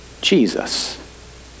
Jesus